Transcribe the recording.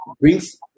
brings